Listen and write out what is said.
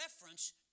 reference